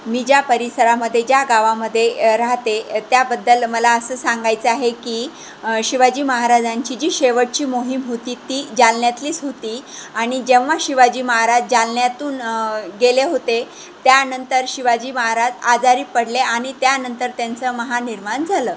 मी ज्या परिसरामध्ये ज्या गावामध्ये राहते त्याबद्दल मला असं सांगायचं आहे की शिवाजी महाराजांची जी शेवटची मोहीम होती ती जालन्यातलीच होती आणि जेव्हा शिवाजी महाराज जालन्यातून गेले होते त्यानंतर शिवाजी महाराज आजारी पडले आणि त्यानंतर त्यांचं महानिर्वाण झालं